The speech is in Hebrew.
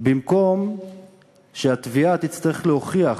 במקום שהתביעה תצטרך להוכיח